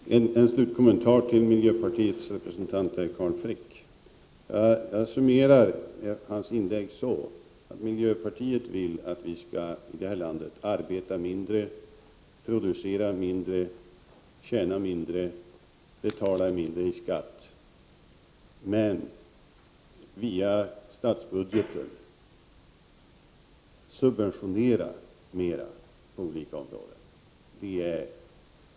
Fru talman! Jag vill göra en slutkommentar till miljöpartiets representant Carl Frick. Min summering av hans inlägg är att miljöpartiet vill att vi i det här landet skall arbeta mindre, producera mindre, tjäna mindre, betala mindre i skatt men via statsbudgeten subventionera mer på olika områden.